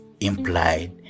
implied